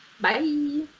Bye